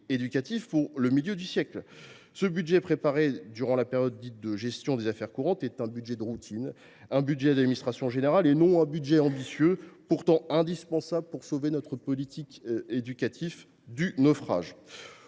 éducatifs pour le milieu du siècle ? Ce budget, préparé durant la période dite de gestion des affaires courantes, est un budget de routine, un budget d’administration générale, et non le budget ambitieux devenu indispensable pour sauver notre politique éducative du naufrage.